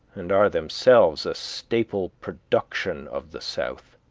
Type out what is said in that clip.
and are themselves a staple production of the south.